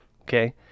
okay